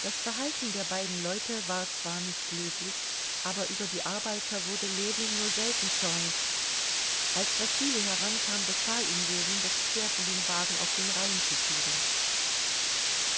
das verhalten der beiden leute war zwar nicht löblich aber über die arbeiter wurde ljewin nur selten zornig als wasili herankam befahl ihm ljewin das pferd und den wagen auf den rain zu führen